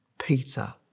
Peter